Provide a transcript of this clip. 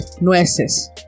nueces